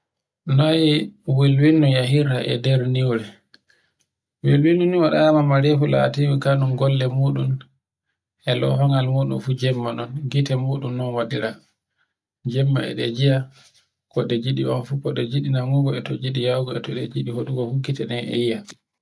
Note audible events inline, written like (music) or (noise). (noise) Noye wilwulno yehirta e nder nyiwre. Wilwulno waɗema marefu latingo kanun golle muɗum e loha ngal muɗum jemma non. Gitemuɗum non waɗira, jemme eɗe gi'a, koɗe giɗi on fu koɗe namugi e to giɗi yawgo, e to giɗi waɗugo fu giteɗen e yi'a.